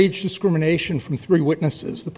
age discrimination from three witnesses the